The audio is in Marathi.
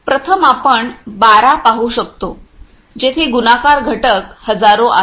प्रथम आपण 12 पाहू शकतो जेथे गुणाकार घटक हजारो आहेत